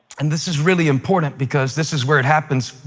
and this is really important, because this is where it happens,